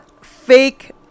fake